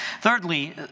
Thirdly